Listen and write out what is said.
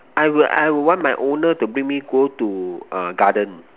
I will I will want my owner to bring me go to ah garden